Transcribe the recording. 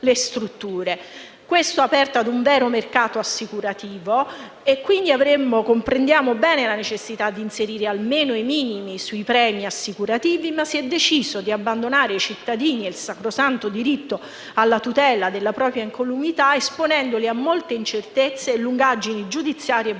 Questo ha aperto ad un vero mercato assicurativo e comprendiamo bene la necessità di inserire almeno i minimi sui premi assicurativi; ma si è deciso di abbandonare i cittadini e il sacrosanto diritto alla tutela della propria incolumità, esponendoli a molte incertezze e lungaggini giudiziarie e burocratiche.